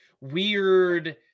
weird